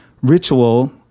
ritual